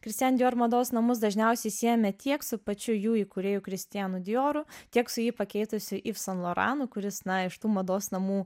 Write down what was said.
kristian dior mados namus dažniausiai siejame tiek su pačiu jų įkūrėjų kristianu dioru tiek su jį pakeitusi ivsanloranu kuris na iš tų mados namų